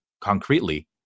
concretely